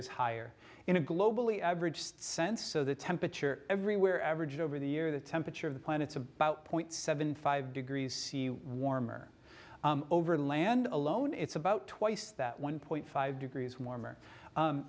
is higher in a globally average sense so the temperature everywhere averaged over the year the temperature of the planet's about point seven five degrees see warmer over land alone it's about twice that one point five degrees warmer